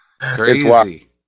Crazy